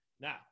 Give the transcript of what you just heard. Now